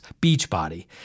Beachbody